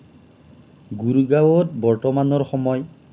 গুৰগাঁৱত বৰ্তমানৰ সময়